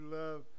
love